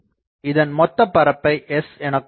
இதன் மொத்த மேற்பரப்பை S எனக்கொள்வோம்